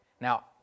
Now